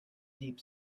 deep